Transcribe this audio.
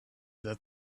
that